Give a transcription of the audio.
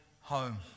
home